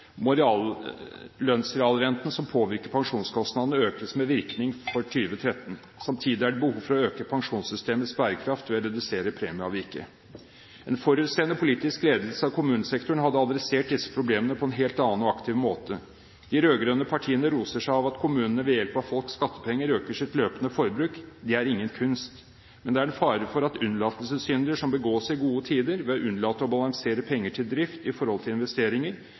som påvirker pensjonskostnadene, økes med virkning for 2013. Samtidig er det behov for å øke pensjonssystemets bærekraft ved å redusere premieavviket. En forutseende politisk ledelse av kommunesektoren hadde adressert disse problemene på en helt annen og aktiv måte. De rød-grønne partiene roser seg av at kommunene ved hjelp av folks skattepenger øker sitt løpende forbruk. Det er ingen kunst. Men det er en fare for at unnlatelsessynder begås i gode tider, ved å unnlate å balansere penger til drift i forhold til investeringer,